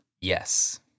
Yes